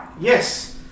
Yes